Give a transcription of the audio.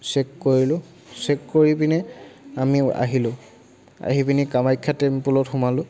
check কৰিলোঁ check কৰি পিনে আমি আহিলোঁ আহি পিনে কামাখ্যা টেম্পলত সোমালোঁ